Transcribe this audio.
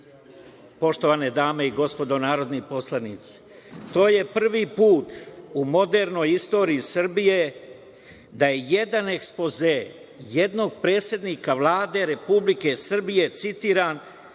godine. Poštovane dame i gospodo narodni poslanici, to je prvi put u modernoj istoriji Srbije da je jedan ekspoze jednog predsednika Vlade Republike Srbije citiram